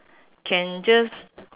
can just